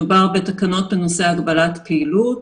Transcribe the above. מדובר בתקנות בנושא הגבלת פעילות,